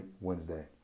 Wednesday